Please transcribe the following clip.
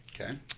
Okay